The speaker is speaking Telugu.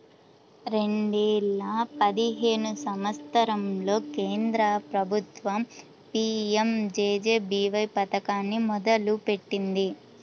రెండేల పదిహేను సంవత్సరంలో కేంద్ర ప్రభుత్వం పీయంజేజేబీవై పథకాన్ని మొదలుపెట్టింది